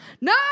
No